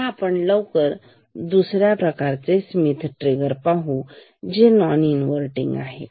आता आपण लवकर दुसऱ्या प्रकारचे स्मिथ ट्रिगर पाहू जे नॉन इन्व्हर्टिनग आहे